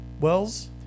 wells